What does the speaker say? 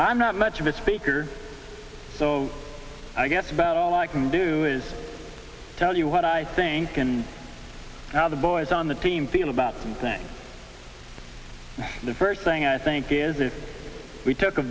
i'm not much of a speaker so i guess about all i can do is tell you what i think and how the boys on the team feel about things the first thing i think is if we took a